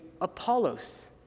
apollos